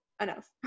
enough